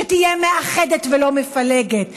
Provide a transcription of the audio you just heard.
שתהיה מאחדת ולא מפלגת.